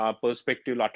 perspective